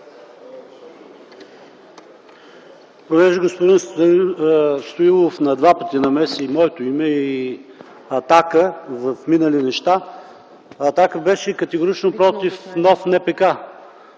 Понеже господин Стоилов на два пъти намеси и моето име, и „Атака” за минали неща. „Атака” беше категорично против нов НПК.